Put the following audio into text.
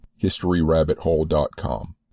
historyrabbithole.com